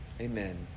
Amen